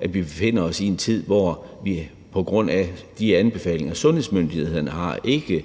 at vi befinder os i en tid, hvor vi på grund af de anbefalinger, som sundhedsmyndighederne – ikke